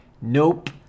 Nope